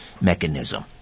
mechanism